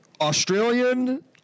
Australian